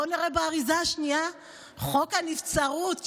בוא נראה באריזה השנייה: חוק הנבצרות.